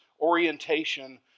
orientation